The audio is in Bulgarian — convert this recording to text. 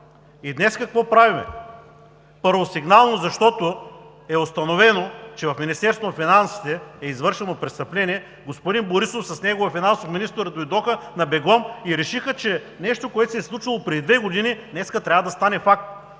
И днес какво правим? Първосигнално, защото е установено, че в Министерството на финансите е извършено престъпление. Господин Борисов с неговия финансов министър дойдоха на бегом и решиха, че нещо, което се е случило преди две години, днес трябва да стане факт.